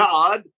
God